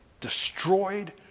destroyed